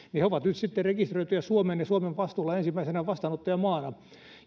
he ovat nyt sitten rekisteröityjä suomeen ja suomen vastuulla ensimmäisenä vastaanottajamaana